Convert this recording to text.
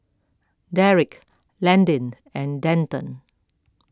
Derick Landin and Denton